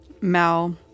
Mal